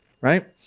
Right